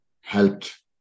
helped